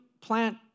plant